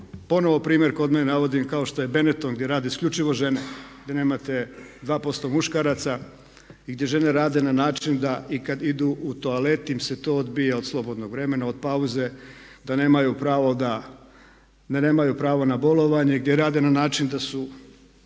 ponovno primjer kod mene navodim kao što je Benetton gdje radi isključivo žene, gdje nemate zaposlenih muškaraca i gdje žene rade na način da i kad idu u toaleti im se to odbija od slobodnog vremena, od pauze, da nemaju pravo na bolovanje, gdje rade na način da su